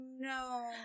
no